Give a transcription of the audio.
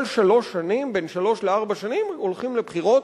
כל שלוש-ארבע שנים הולכים לבחירות,